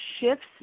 shifts